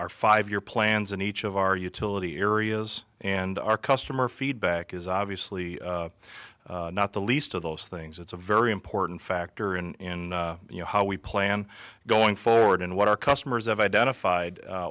our five year plans in each of our utility areas and our customer feedback is obviously not the least of those things it's a very important factor in you know how we plan going forward and what our customers have identified